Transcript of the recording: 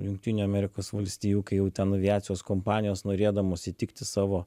jungtinių amerikos valstijų kai jau ten aviacijos kompanijos norėdamos įtikti savo